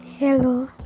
Hello